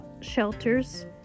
shelters